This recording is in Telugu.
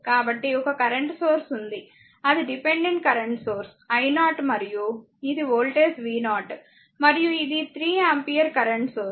కాబట్టి ఒక కరెంట్ సోర్స్ ఉంది అది డిపెండెంట్ కరెంట్ సోర్స్ i0 మరియు ఇది వోల్టేజ్ v0 మరియు ఇది 3 ఆంపియర్ కరెంట్ సోర్స్